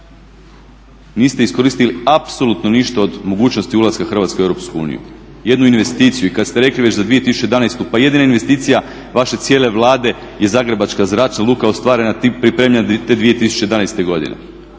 Niste iskoristili apsolutno ništa od mogućnosti ulaska Hrvatske u Europsku uniju, jednu investiciju i kad ste rekli već za 2011., pa jedina investicija vaše cijele Vlade je zagrebačka zračna luka ostvarena, pripremljena te 2011. godine.